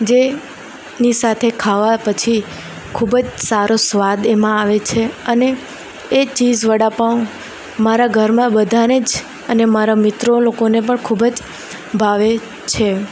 જેની સાથે ખાવા પછી ખૂબ જ સારો સ્વાદ એમાં આવે છે અને એ ચીઝ વડાપાંવ મારા ઘરમાં બધાને જ અને મારા મિત્રો લોકોને પણ ખૂબ જ ભાવે છે